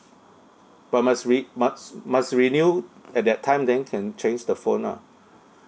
but must re~ must must renew at that time then can change the phone ah